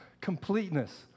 Completeness